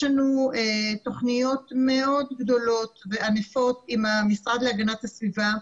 יש לנו תוכניות מאוד גדולות וענפות עם המשרד להגנת הסביבה.